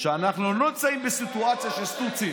שאנחנו לא נמצאים בסיטואציה של סטוצים.